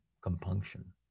Compunction